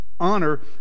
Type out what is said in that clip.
honor